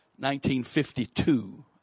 1952